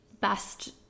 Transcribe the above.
best